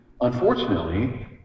unfortunately